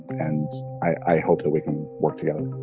and i hope that we can work together